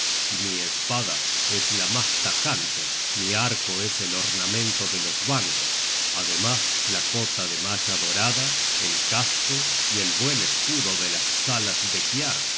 y mi espada es la mas tajante mi arco es el ornamento de los bancos ademas la cota de malla dorada el casco y en la edad media la mesa del